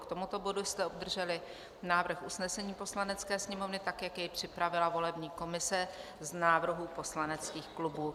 K tomuto bodu jste obdrželi návrh usnesení Poslanecké sněmovny, jak jej připravila volební komise z návrhů poslaneckých klubů.